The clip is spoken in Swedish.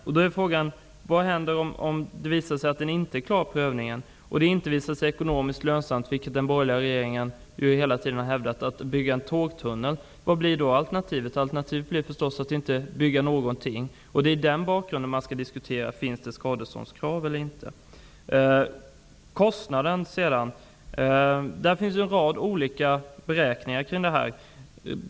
Frågan är vad som händer om det visar sig att bron inte klarar prövningen och om det inte blir ekonomiskt lönsamt att bygga tågtunneln, vilket den borgerliga regeringen hela tiden har hävdat att det blir. Vad blir då alternativet? Alternativet blir förstås att inte bygga någonting. Det är mot den bakgrunden man skall diskutera om det finns skadeståndskrav eller inte. Sedan kostnaden, där det finns en rad olika beräkningar.